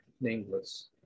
nameless